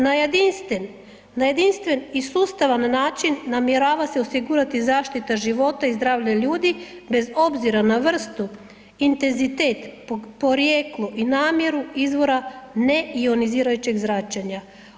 Na jedinstven i sustavan način namjerava se osigurati zaštita života i zdravlja ljudi bez obzira na vrstu, intenzitet, porijeklo i namjeru izvora neionizirajućeg zračenja.